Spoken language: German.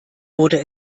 wurde